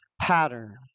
pattern